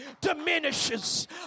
diminishes